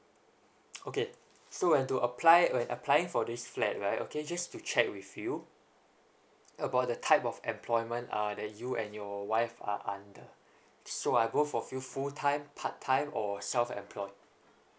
okay so to apply when applying for this flat right okay just to check with you about the type of employment uh that you and your wife are under so I go for few full time part time or self employed